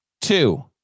Two